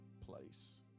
place